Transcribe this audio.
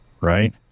Right